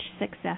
success